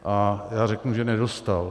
A já řeknu, že nedostal.